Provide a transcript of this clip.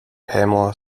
pamela